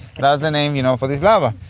but is the name you know for this lava.